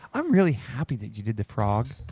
i'm really happy that you did the frog.